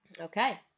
Okay